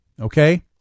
Okay